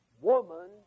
woman